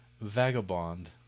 Vagabond